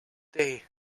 day